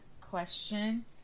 question